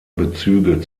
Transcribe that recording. bezüge